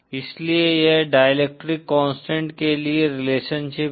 इसलिए यह dielectric constant के लिए रिलेशनशिप है